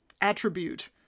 attribute